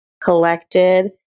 collected